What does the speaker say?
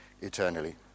eternally